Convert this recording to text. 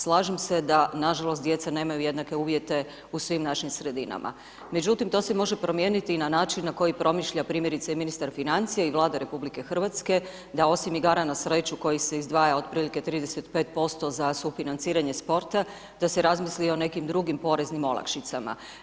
Slažem se da, nažalost, djeca nemaju jednake uvjete u svim našim sredinama, međutim to se može promijeniti na način na koji promišlja, primjerice, ministar financija i Vlada RH, da osim igara na sreću, koji se izdvaja otprilike 35% za sufinanciranje sporta, da se razmisli i o nekim drugim poreznim olakšicama.